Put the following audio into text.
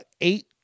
eight